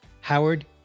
Howard